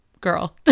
Girl